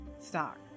stock